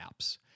apps